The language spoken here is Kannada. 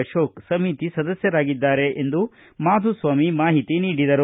ಅಶೋಕ ಸಮಿತಿ ಸದಸ್ಟರಾಗಿದ್ದಾರೆ ಎಂದು ಮಾಧುಸ್ವಾಮಿ ಮಾಹಿತಿ ನೀಡಿದರು